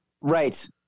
Right